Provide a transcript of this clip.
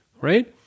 right